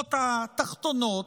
השורות התחתונות,